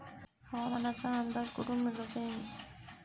हवामानाचा अंदाज कोठून मिळवता येईन?